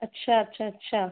अच्छा अच्छा अच्छा